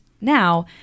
now